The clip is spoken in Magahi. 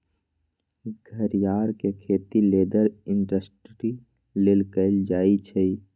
घरियार के खेती लेदर इंडस्ट्री लेल कएल जाइ छइ